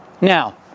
Now